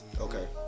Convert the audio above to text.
Okay